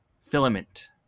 Filament